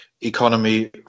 economy